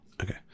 okay